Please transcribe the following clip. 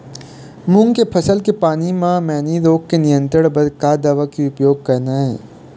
मूंग के फसल के पान म मैनी रोग के नियंत्रण बर का दवा के उपयोग करना ये?